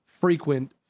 frequent